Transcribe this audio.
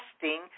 testing